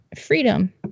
Freedom